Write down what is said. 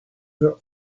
her